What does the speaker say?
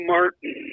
Martin